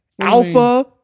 Alpha